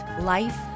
life